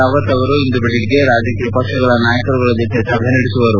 ರಾವತ್ ಅವರು ಇಂದು ಬೆಳಗ್ಗೆ ರಾಜಕೀಯ ಪಕ್ಷಗಳ ನಾಯಕರುಗಳ ಜತೆ ಸಭೆ ನಡೆಸುವರು